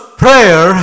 prayer